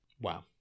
Wow